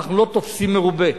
אנחנו לא תופסים מרובה.